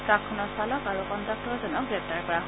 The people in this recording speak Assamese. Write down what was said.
ট্টাকখনৰ চালক আৰু কণ্ডাক্টৰজনক গ্ৰেপ্তাৰ কৰা হৈছে